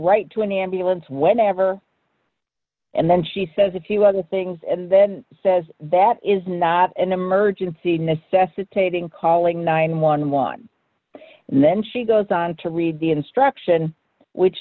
right to an ambulance whenever and then she says a few other things and then says that is not an emergency necessitating calling nine hundred and eleven and then she goes on to read the instruction which